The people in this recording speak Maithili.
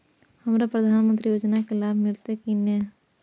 हमरा प्रधानमंत्री योजना के लाभ मिलते की ने?